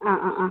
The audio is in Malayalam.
അ അ അ